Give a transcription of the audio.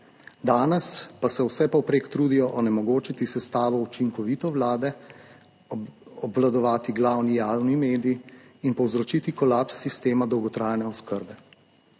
danes pa se vsepovprek trudijo onemogočiti sestavo učinkovite Vlade, obvladovati glavni javni medij in povzročiti kolaps sistema dolgotrajne oskrbe.